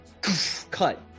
cut